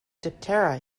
diptera